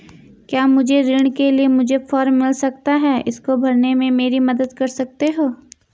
क्या मुझे ऋण के लिए मुझे फार्म मिल सकता है इसको भरने में मेरी मदद कर सकते हो?